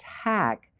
attack